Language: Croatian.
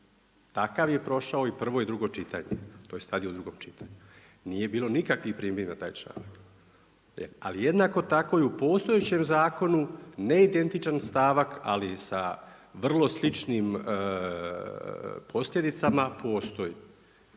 takav je prošao i prvo i drugo čitanje, tj. sad je u drugom čitanju. Nije bilo nikakvih primjedbi na taj članak. Ali jednako tako i u postojećem zakonu ne identičan stavak ali sa vrlo sličnim posljedicama, postoji,